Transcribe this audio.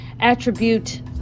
attribute